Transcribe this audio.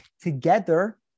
Together